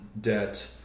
debt